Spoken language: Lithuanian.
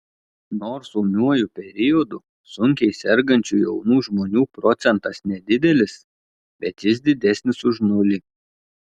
nors ūmiuoju periodu sunkiai sergančių jaunų žmonių procentas nedidelis bet jis didesnis už nulį